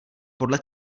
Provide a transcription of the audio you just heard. podle